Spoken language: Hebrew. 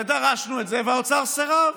ודרשנו את זה והאוצר סירב.